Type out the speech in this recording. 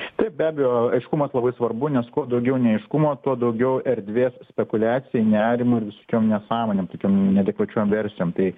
taip be abejo aiškumas labai svarbu nes kuo daugiau neaiškumo tuo daugiau erdvės spekuliacijai nerimui ir visokiom nesąmonėm tokiom neadekvačiom versijom tai